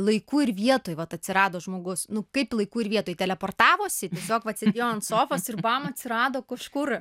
laiku ir vietoj vat atsirado žmogus nu kaip laiku ir vietoj teleportavosi tiesiog va jo ant sofos ir bam atsirado kažkur